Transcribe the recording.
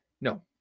No